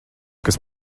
kas